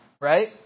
Right